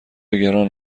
گران